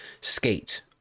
Skate